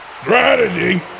Strategy